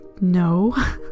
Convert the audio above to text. no